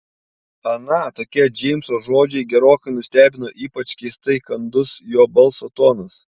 aną tokie džeimso žodžiai gerokai nustebino ypač keistai kandus jo balso tonas